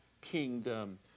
kingdom